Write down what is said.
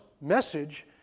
message